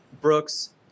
Brooks